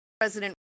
president